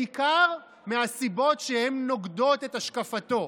בעיקר מהסיבות שהן נוגדות את השקפתו.